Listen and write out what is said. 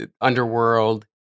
underworld